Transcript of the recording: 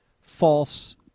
false